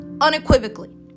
Unequivocally